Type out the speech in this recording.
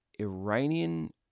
Iranian